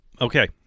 Okay